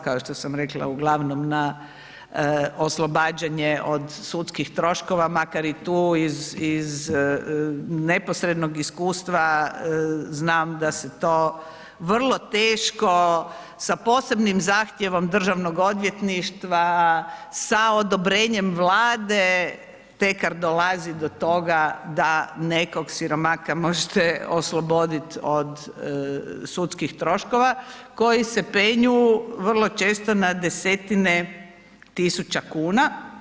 Kao što sam rekla, uglavnom na oslobađanje od sudskih troškova makar i tu iz neposrednog iskustva znam da se to vrlo teško sa posebnim zahtjevom Državnog odvjetništva, sa odobrenjem Vlade tekar dolazi do toga da nekog siromaka možete osloboditi od sudskih troškova koji se penju vrlo često na desetine tisuća kuna.